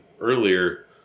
Earlier